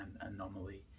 anomaly